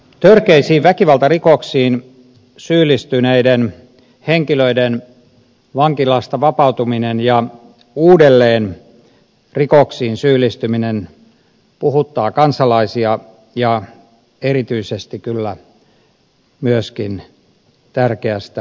törkeisiin väkivaltarikoksiin syyllistyneiden henkilöiden vankilasta vapautuminen ja uudelleen rikoksiin syyllistyminen puhuttaa kansalaisia ja erityisesti kyllä myöskin tärkeästä syystä